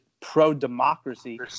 pro-democracy